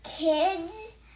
Kids